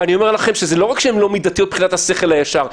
אני אומר לכם שלא רק שהתקנות לא מידתיות מבחינת השכל הישר,